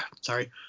sorry